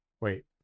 Wait